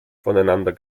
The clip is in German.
voneinander